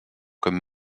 comme